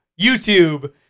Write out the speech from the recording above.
YouTube